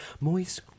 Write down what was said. moist